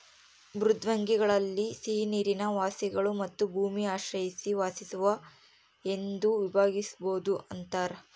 ಮೃದ್ವಂಗ್ವಿಗಳಲ್ಲಿ ಸಿಹಿನೀರಿನ ವಾಸಿಗಳು ಮತ್ತು ಭೂಮಿ ಆಶ್ರಯಿಸಿ ವಾಸಿಸುವ ಎಂದು ವಿಭಾಗಿಸ್ಬೋದು ಅಂತಾರ